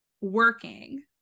working